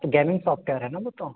तो gaming software है ना वह तो